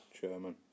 Chairman